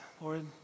Lord